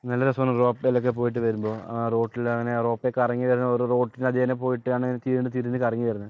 നല്ല രസോണ് റോപ്പ് വേയിലക്കെ പോയിട്ട് വരുമ്പോൾ ആ റോട്ടിലെങ്ങനെ റോപ്പ് വേ കറങ്ങി വരുന്നത് ഒരു റോട്ടിലങ്ങനെ പോയിട്ട് വരുമ്പോഴാണ് തിരിഞ്ഞ് കറങ്ങി വരുന്നത്